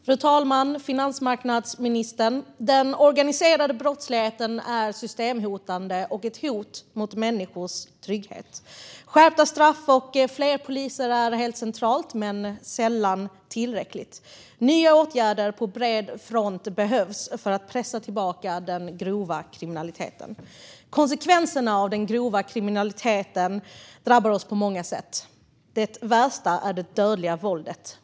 Fru talman och finansmarknadsministern! Den organiserade brottsligheten är systemhotande och ett hot mot människors trygghet. Skärpta straff och fler poliser är helt centralt men sällan tillräckligt. Nya åtgärder på bred front behövs för att pressa tillbaka den grova kriminaliteten. Konsekvenserna av den grova kriminaliteten drabbar oss på många sätt. Det värsta är det dödliga våldet.